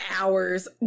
hours